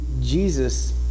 Jesus